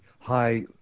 high